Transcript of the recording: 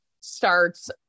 starts